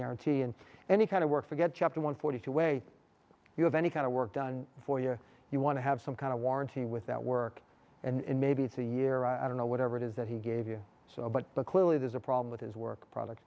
guarantee and any kind of work forget chapter one forty two way you have any kind of work done for you you want to have some kind of warranty with that work and maybe it's a year i don't know whatever it is that he gave you so but clearly there's a problem with his work product